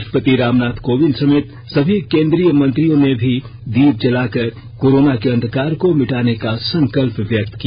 राष्ट्रपति रामनाथ कोविंद समेत सभी केन्द्रीय मंत्रियों ने भी दीप जलाकर कोरोना के अंधकार को मिटाने का संकल्प व्यक्त किया